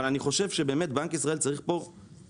אבל אני חושב שבאמת בנק ישראל צריך פה להיכנס